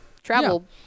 Travel